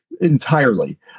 entirely